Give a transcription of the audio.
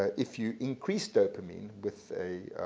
ah if you increase dopamine with a